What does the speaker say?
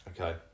Okay